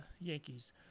Yankees